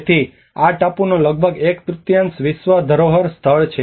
તેથી આ ટાપુનો લગભગ એક તૃતીયાંશ વિશ્વ ધરોહર સ્થળ હેઠળ છે